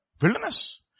wilderness